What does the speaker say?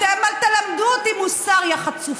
תהיי מוסרית.